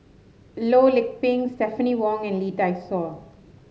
Loh Lik Peng Stephanie Wong and Lee Dai Soh